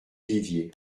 vivier